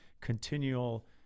continual